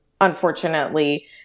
unfortunately